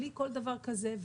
בלי כל דבר כזה,